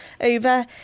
over